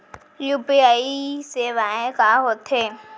UPI सेवाएं का होथे?